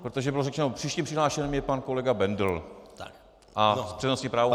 Protože bylo řečeno příštím přihlášeným je pan kolega Bendl a přednostní právo...